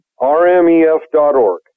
RMEF.org